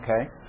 okay